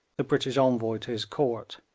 the british envoy to his court,